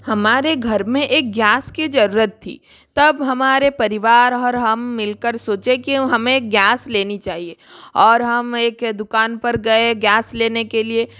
हमारे घर में एक गैस की ज़रूरत थी तब हमारे परिवार और हम मिल कर सोचें की हमें गैस लेनी चाहिए और हम एक दुकान पर गए गैस लेने के लिए